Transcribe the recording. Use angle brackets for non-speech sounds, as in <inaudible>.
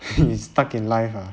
<laughs> you stuck in life ah